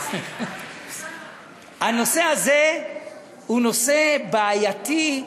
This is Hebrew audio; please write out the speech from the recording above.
הנושא הזה הוא נושא בעייתי,